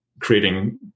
creating